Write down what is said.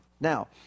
Now